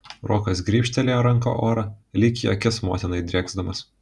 rokas grybštelėjo ranka orą lyg į akis motinai drėksdamas